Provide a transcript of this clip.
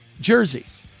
jerseys